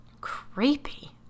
Creepy